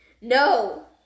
No